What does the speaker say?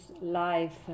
life